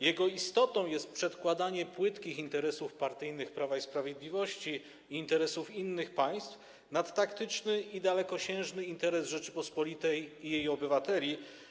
Jego istotą jest przedkładanie płytkich interesów partyjnych Prawa i Sprawiedliwości i interesów innych państw nad taktyczny i dalekosiężny interes Rzeczypospolitej i jej obywateli.